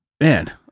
Man